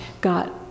got